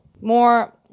more